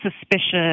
suspicious